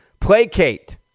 placate